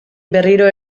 berriro